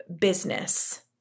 business